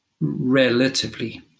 relatively